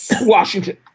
Washington